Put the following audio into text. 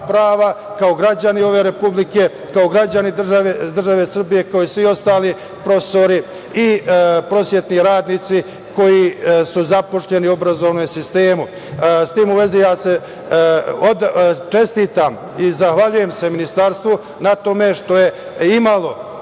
prava kao građani ove Republike, kao građani države Srbije, kao i svi ostali profesori i prosvetni radnici koji su zaposleni u obrazovanom sistemu.S tim u vezi čestitam i zahvaljujem se Ministarstvu na tome što je imalo